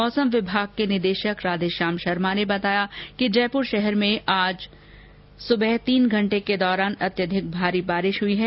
मौसम विभाग के निदेशक राधेश्याम शर्मा ने बताया कि जयपुर शहर में सुबह तीन घंटे के दौरान अत्यधिक बारिश हुई है